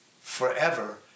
forever